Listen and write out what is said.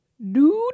Dude